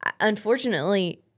unfortunately